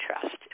trust